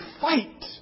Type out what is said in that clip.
fight